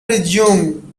resume